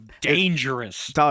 dangerous